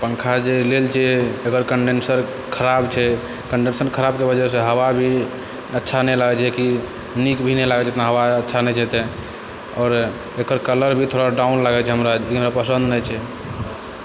पङ्खा जे लेल छियै ओकर कण्डेन्सर खराब छै कण्डेन्सर खराबके वजहसँ हवा भी हवा भी अच्छा नहि लागै छै जेकि नीक भी नहि लागै छै ओतना हवा भी नहि छै तऽ आओर ओकर कलर भी थोड़ा डाउन छै जे हमरा पसन्द नहि छै